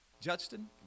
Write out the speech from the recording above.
Judson